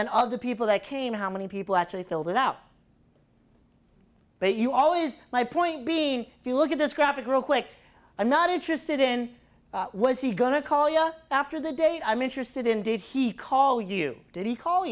then all of the people that came how many people actually filled it out but you always my point being if you look at this graphic real quick i'm not interested in was he going to call you after the date i'm interested in did he call you did he call